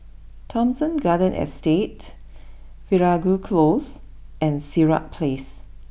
Thomson Garden Estate Veeragoo close and Sirat place